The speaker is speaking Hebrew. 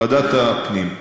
ועדת הפנים.